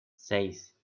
seis